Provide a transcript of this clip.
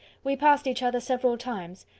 we passed each other several times.